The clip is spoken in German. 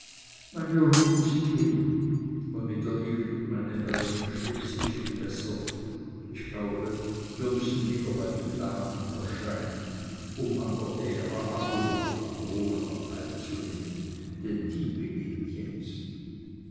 meine ruh ist hin und mit der ihrigen meine herren steht es nicht viel besser ich glaube wir müssen wieder bei den damen erscheinen um an der ära adolar krola teilzunehmen denn die beginnt jetzt